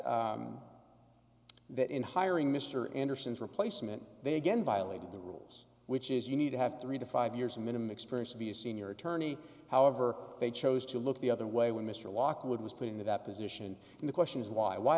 that in hiring mr anderson's replacement they again violated the rules which is you need to have three to five years minimum experience to be a senior attorney however they chose to look the other way when mr lockwood was put into that position and the question is why why